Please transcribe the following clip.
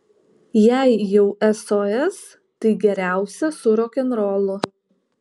jei jau sos tai geriausia su rokenrolu